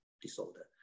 disorder